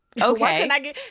okay